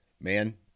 Man